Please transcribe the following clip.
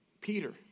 Peter